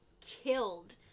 Killed